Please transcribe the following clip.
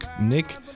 Nick